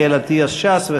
אריאל אטיאס מש"ס,